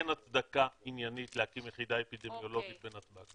אין הצדקה עניינית להקים יחידה אפידמיולוגית בנתב"ג.